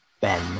Ben